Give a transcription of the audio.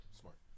smart